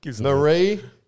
Marie